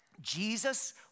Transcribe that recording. Jesus